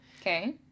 Okay